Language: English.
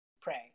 pray